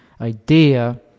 idea